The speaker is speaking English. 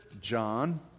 John